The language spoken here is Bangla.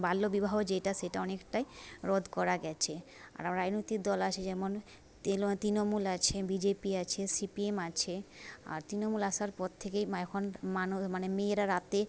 বাল্যবিবাহ যেটা সেটা অনেকটাই রোধ করা গিয়েছে রাজনৈতিক দল আছে যেমন তিলো তৃণমূল আছে বিজেপি আছে সিপিএম আছে আর তৃণমূল আসার পর থেকেই মা এখন মানো মানে মেয়েরা রাতে